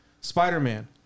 Spider-Man